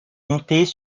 montés